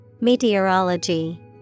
Meteorology